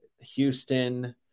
Houston